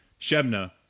Shebna